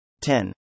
10